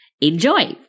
Enjoy